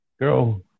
girl